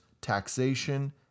taxation